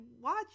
watch